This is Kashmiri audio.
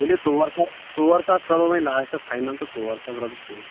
ؤلِو ژور ساس ژور ساس رۄپیہِ کرو وۄنۍ لاسٹس فاینل ژور ساس رۄپیہِ چھِ ٹھیٖک